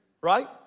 Right